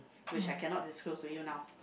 which I cannot disclose to you now